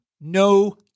no